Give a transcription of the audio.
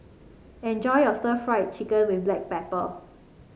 enjoy your stir Fry Chicken with Black Pepper